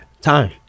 Time